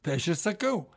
tai aš ir sakau